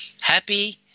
happy